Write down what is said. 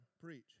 preach